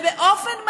ובאופן מדהים,